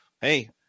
Hey